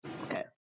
okay